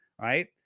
right